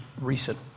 recent